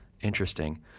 Interesting